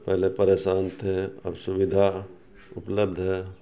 پہلے پریشان تھے اب سویدھا اپلبدھ ہے